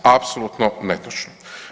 Apsolutno netočno.